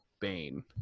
Bane